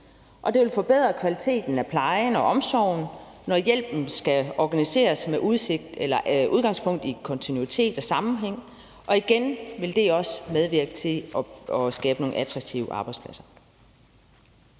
Det vil forbedre kvaliteten af plejen og omsorgen, når hjælpen skal organiseres med udgangspunkt i kontinuitet og sammenhæng, og igen vil det også medvirke til at skabe nogle attraktive arbejdspladser.